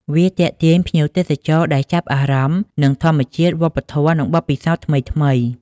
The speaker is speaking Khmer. វាទាក់ទាញភ្ញៀវទេសចរដែលចាប់អារម្មណ៍នឹងធម្មជាតិ វប្បធម៌ និងបទពិសោធន៍ថ្មីៗ។